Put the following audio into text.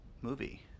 movie